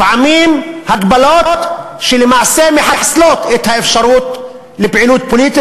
לפעמים הגבלות שלמעשה מחסלות את האפשרות לפעילות פוליטית,